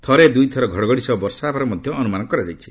ଥରେ ଦୁଇଥରେ ଘଡ଼ଘଡ଼ି ସହ ବର୍ଷା ହେବାର ମଧ୍ୟ ଅନୁମାନ କରାଯାଇଛି